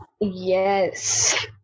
Yes